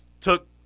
took –